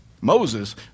Moses